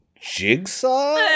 Jigsaw